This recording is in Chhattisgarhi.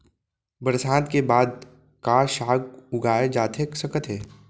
बरसात के बाद का का साग उगाए जाथे सकत हे?